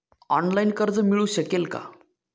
Online कर्ज मिळू शकेल का?